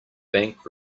bank